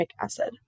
acid